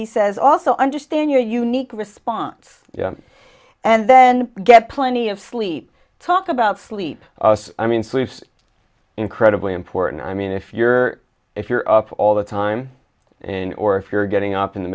he says also understand your unique response and then get plenty of sleep talk about sleep i mean sleeps incredibly important i mean if you're if you're up all the time in or if you're getting up in the